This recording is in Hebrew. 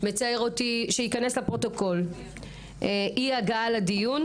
מצערת אותי אי ההגעה לדיון,